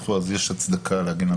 אז יש הצדקה להגן על זה.